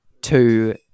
two